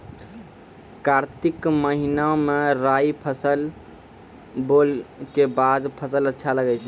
कार्तिक महीना मे राई फसल बोलऽ के बाद फसल अच्छा लगे छै